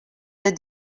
that